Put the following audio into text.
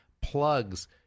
plugs